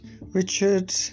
Richard